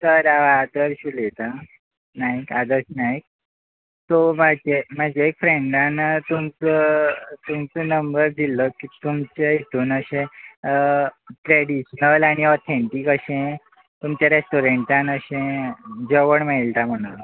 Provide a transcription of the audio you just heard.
sir हांव आदर्श उलयतां नायक आदर्श नायक सो फाटी एका म्हज्या एक फ्रेंडान तुमकां तुमचो नंबर दिल्लो की तुमचे हेतून अशें ट्रेडीशनल आनी ओथेंटीक अशें तुमचे रेस्टोरंटान अशें जेवण मेळटा म्हणून